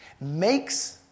makes